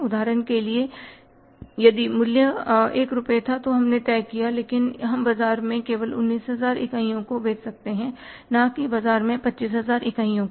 उदाहरण के लिए यदि मूल्य 1 रुपया था जो हमने तय किया था लेकिन हम बाजार में केवल 19000 इकाइयों को बेच सकते थे न कि बाजार में 25000 इकाइयों को